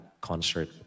concert